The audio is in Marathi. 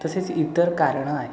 तसेच इतर कारणं आहे